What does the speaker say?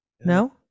No